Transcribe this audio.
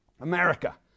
America